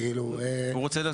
הוא רוצה,